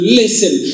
listen